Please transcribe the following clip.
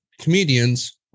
comedians